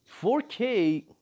4k